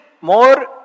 more